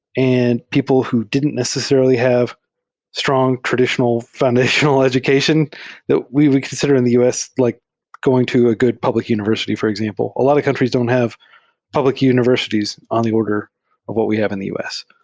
and people who didn t necessarily have strong traditional foundational education that we would consider in the u s. like going to a good public univers ity, for example. a lot of countries don't have public univers ities on the order of what we have in the u s.